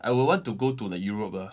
I will want to go to like europe ah